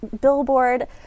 billboard